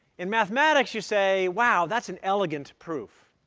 in mathematics, you say, wow, that's an elegant proof.